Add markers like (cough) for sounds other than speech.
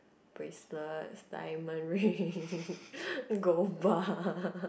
bracelets diamond ring (laughs) gold bar (laughs)